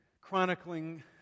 chronicling